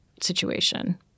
situation